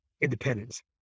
independence